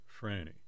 Franny